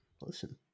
listen